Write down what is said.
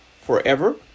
forever